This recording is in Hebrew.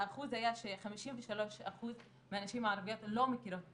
האחוז היה ש-53% מהנשים הערביות לא מכירות את